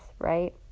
Right